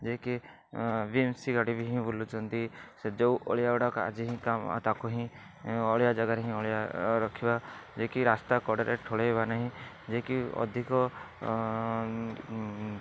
ଯିଏକି B M C ଗାଡ଼ି ବି ହିଁ ବୁଲୁଛନ୍ତି ସେ ଯେଉଁ ଅଳିଆଗୁଡ଼ାକ ଆଜି ହିଁ ତାକୁ ହିଁ ଅଳିଆ ଜାଗାରେ ହିଁ ଅଳିଆ ରଖିବା ଯିଏକି ରାସ୍ତାକଡ଼ରେ ଠୁଳେଇବା ନାହିଁ ଯିଏକି ଅଧିକ